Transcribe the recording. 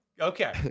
okay